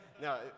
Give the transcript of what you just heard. No